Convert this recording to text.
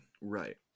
Right